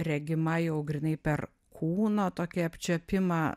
regima jau grynai per kūno tokį apčiuopimą